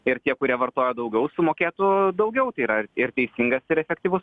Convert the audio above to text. ir tie kurie vartoja daugiau sumokėtų daugiau tai yra ir teisingas ir efektyvus